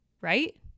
right